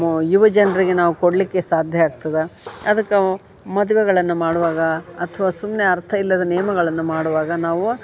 ಮ್ ಯುವ ಜನರಿಗೆ ನಾವು ಕೊಡಲಿಕ್ಕೆ ಸಾಧ್ಯ ಆಗ್ತದ ಅದಕ್ಕವ ಮದುವೆಗಳನ್ನ ಮಾಡುವಾಗ ಅಥ್ವ ಸುಮ್ಮನೆ ಅರ್ಥ ಇಲ್ಲದ ನಿಯಮಗಳನ್ನ ಮಾಡುವಾಗ ನಾವು